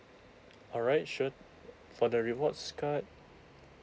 alright sure for the rewards card